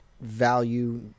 value